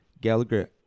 gallagher